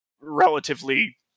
relatively